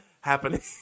happening